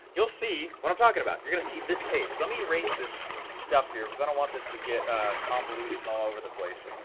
you'll see what i'm talking about, you're gonna see this page. let me erase this stuff here because i don't want this to get convoluted and all over the place.